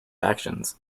actions